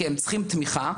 כי הם צריכים תמיכה,